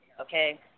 Okay